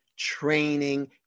training